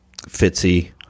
Fitzy